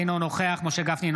אינו נוכח משה גפני,